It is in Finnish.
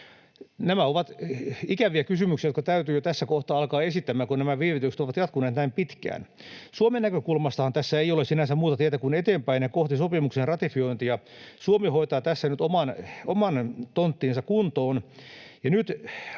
Nämä ovat ikäviä kysymyksiä, joita täytyy tässä kohta alkaa esittämään, kun nämä viivytykset ovat jatkuneet näin pitkään. Suomen näkökulmastahan tässä ei ole sinänsä muuta tietä kuin eteenpäin ja kohti sopimuksen ratifiointia. Suomi hoitaa tässä nyt oman tonttinsa kuntoon,